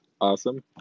awesome